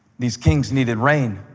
these kings needed rain.